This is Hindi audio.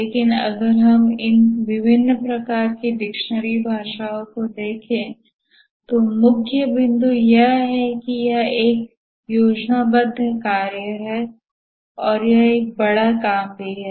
लेकिन अगर आप इन विभिन्न प्रकार की डिक्शनरी परिभाषाओं को देखें तो मुख्य बिंदु यह है कि यह एक योजनाबद्ध कार्य है और यह एक बड़ा काम भी है